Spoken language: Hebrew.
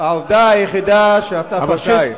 איך אתה מדבר דבר כזה?